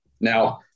now